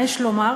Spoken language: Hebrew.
מה יש לומר?